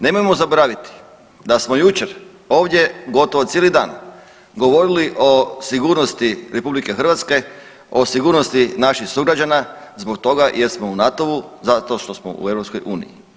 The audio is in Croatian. Nemojmo zaboraviti da smo jučer ovdje gotovo cijeli dan govorili o sigurnosti Republike Hrvatske, o sigurnosti naših sugrađana zbog toga jer smo u NATO-u, zato što smo u EU.